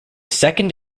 second